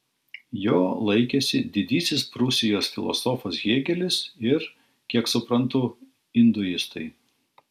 jo laikėsi didysis prūsijos filosofas hėgelis ir kiek suprantu induistai